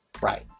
Right